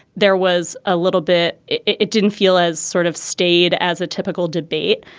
there was a little bit. it it didn't feel as sort of stayed as a typical debate.